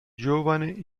giovane